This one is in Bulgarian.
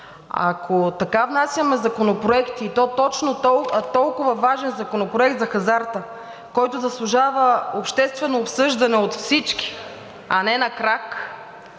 Ако така внасяме законопроекти, и то толкова важен Законопроект за хазарта, който заслужава обществено обсъждане от всички, а не на крак,